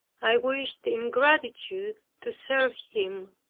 i wished in gratitude to serve him,